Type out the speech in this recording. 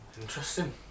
Interesting